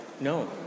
No